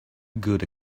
good